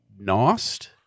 Nost